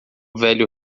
velho